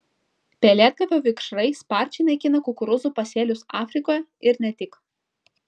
pelėdgalvio vikšrai sparčiai naikina kukurūzų pasėlius afrikoje ir ne tik